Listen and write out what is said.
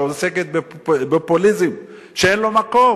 שעוסקת בפופוליזם שאין לו מקום.